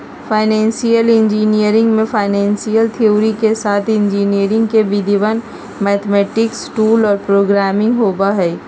financial engineering में financial theory के साथ इंजीनियरिंग के विधियन, मैथेमैटिक्स टूल्स और प्रोग्रामिंग होबा हई